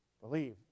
believe